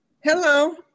Hello